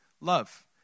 love